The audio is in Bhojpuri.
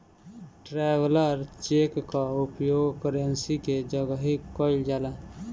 ट्रैवलर चेक कअ उपयोग करेंसी के जगही कईल जाला